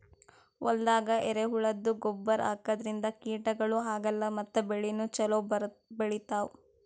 ಹೊಲ್ದಾಗ ಎರೆಹುಳದ್ದು ಗೊಬ್ಬರ್ ಹಾಕದ್ರಿನ್ದ ಕೀಟಗಳು ಆಗಲ್ಲ ಮತ್ತ್ ಬೆಳಿನೂ ಛಲೋ ಬೆಳಿತಾವ್